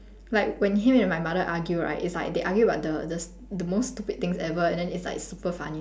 like when him and my mother argue right it's like they argue about the the s~ the most stupid things ever and then it's like super funny